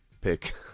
pick